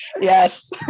yes